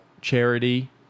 charity